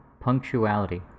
Punctuality